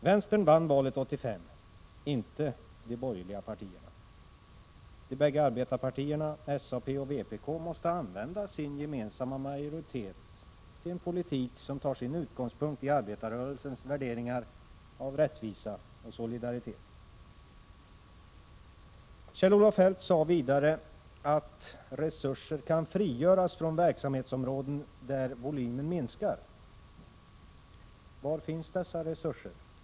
Vänstern vann valet 1985, inte de borgerliga partierna. De bägge arbetarpartierna — SAP och vpk — måste använda sin gemensamma majoritet till en politik som tar sin utgångspunkt i arbetarrörelsens värderingar av rättvisa och solidaritet. Kjell-Olof Feldt sade vidare att resurser kan frigöras från verksamhetsområden där volymen minskar. Var finns dessa resurser?